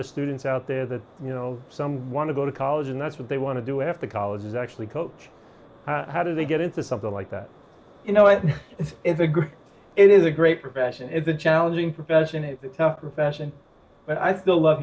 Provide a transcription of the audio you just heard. of students out there that you know some want to go to college and that's what they want to do if the college is actually coach how do they get into something like that you know i think it is a great profession it's a challenging profession a profession but i still love